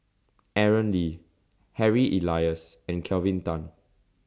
Aaron Lee Harry Elias and Kelvin Tan